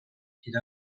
hyd